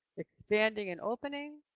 expanding and opening.